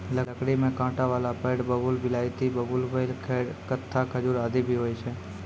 लकड़ी में कांटा वाला पेड़ बबूल, बिलायती बबूल, बेल, खैर, कत्था, खजूर आदि भी होय छै